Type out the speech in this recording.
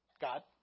God